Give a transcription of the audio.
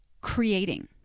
creating